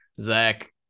Zach